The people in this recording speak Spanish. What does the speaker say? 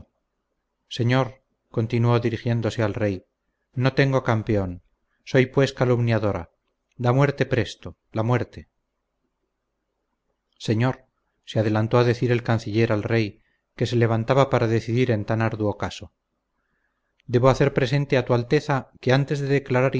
señor continuó dirigiéndose al rey no tengo campeón soy pues calumniadora la muerte presto la muerte señor se adelantó a decir el canciller al rey que se levantaba para decidir en tan arduo caso debo hacer presente a tu alteza que antes de declarar